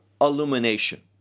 illumination